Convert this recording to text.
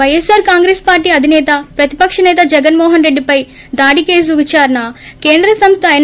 YSR Congress party అదినేత ప్రతిపక్ష నేత జగన్మోహన్ రెడ్లిపై దాడి కేసు విచారణ కేంద్ర సంస్త ఏన్